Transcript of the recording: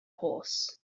horse